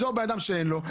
או שזה בן אדם שאין לו,